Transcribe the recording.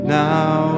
now